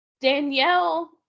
Danielle